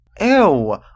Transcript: Ew